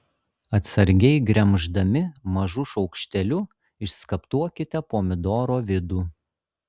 atsargiai gremždami mažu šaukšteliu išskaptuokite pomidoro vidų